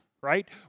right